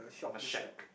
on the shack